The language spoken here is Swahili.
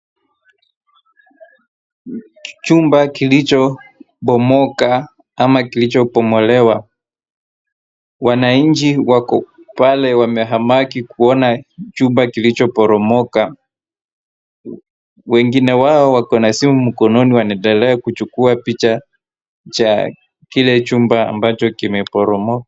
chumba kilicho bomoka ama kilichobomolewa, wanaichi wako pale wamehamaki kuona chumba kilichoboromoka wengine wao wako na simu mkononi wanaendele kuchukua picha cha kile nyumba kilicho boromoka.